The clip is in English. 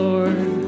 Lord